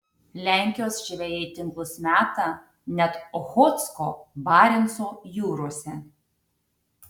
lenkijos žvejai tinklus meta net ochotsko barenco jūrose